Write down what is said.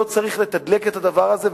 לא צריך לתדלק את הדבר הזה,